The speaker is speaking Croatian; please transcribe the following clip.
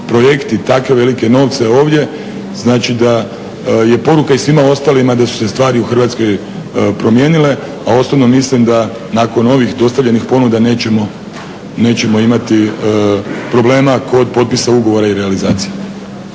projekti i tako velike novce ovdje, znači da je poruka i svima ostalima da su se stvari u Hrvatskoj promijenile, a osobno mislim da nakon ovih dostavljenih ponuda nećemo imati problema kod potpisa ugovora i realizacije.